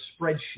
spreadsheet